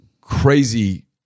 crazy